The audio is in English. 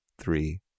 three